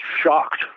shocked